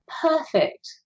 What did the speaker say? perfect